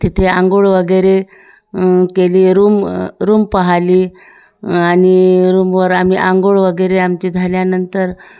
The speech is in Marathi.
तिथे आंघोळ वगैरे केली रूम रूम पाहिली आणि रूमवर आम्ही आंघोळ वगैरे आमची झाल्यानंतर